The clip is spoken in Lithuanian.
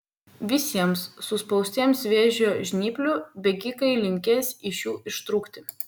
visiems suspaustiems vėžio žnyplių bėgikai linkės iš jų ištrūkti